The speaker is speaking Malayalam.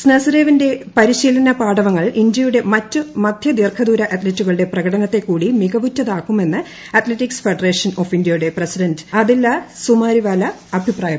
സ്നസരേവിന്റെ പരിശീലനപാടവങ്ങൾ ഇന്ത്യയുടെ മറ്റു മധ്യ ദീർഘദൂര അത്ലറ്റുകളുടെ പ്രകടനത്തെ കൂടി മികവുറ്റതാക്കുമെന്ന് അത്ലറ്റിക്സ് ഫെഡറേഷൻ ഓഫ് ഇന്ത്യയുടെ പ്രസിഡന്റ് അദില്ല സുമാരിവാല അഭിപ്രായപ്പെട്ടു